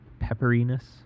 pepperiness